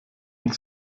und